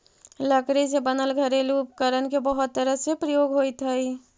लकड़ी से बनल घरेलू उपकरण के बहुत तरह से प्रयोग होइत हइ